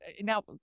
Now